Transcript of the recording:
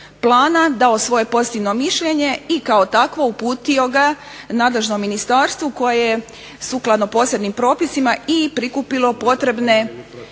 dao svoje pozitivno mišljenje i kao takvo uputio ga nadležnom ministarstvu koje je sukladno posebnim propisima i prikupilo potrebna